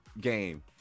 game